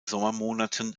sommermonaten